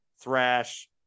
thrash